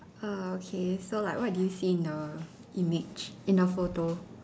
uh okay so like what do you see in the image in the photo